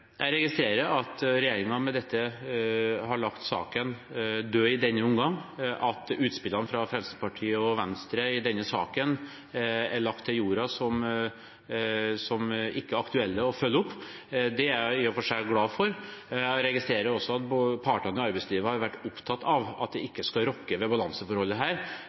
Jeg registrerer at regjeringen med dette har lagt saken død i denne omgang, at utspillene fra Fremskrittspartiet og Venstre i denne saken er lagt til jorden som ikke aktuelle å følge opp. Det er jeg i og for seg glad for. Jeg registrerer også at partene i arbeidslivet har vært opptatt av at det ikke skal rokke ved balanseforholdet her.